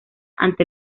ante